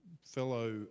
fellow